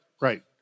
Right